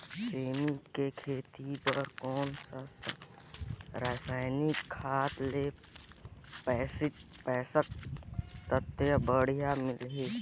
सेमी के खेती बार कोन सा रसायनिक खाद ले पोषक तत्व बढ़िया मिलही?